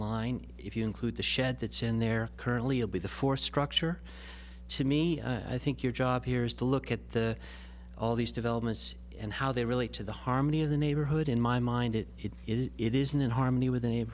line if you include the shed that's in there currently and with the force structure to me i think your job here is to look at the all these developments and how they relate to the harmony of the neighborhood in my mind it is it isn't in harmony with